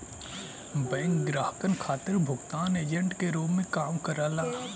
bank ग्राहकन खातिर भुगतान एजेंट के रूप में काम करला